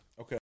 Okay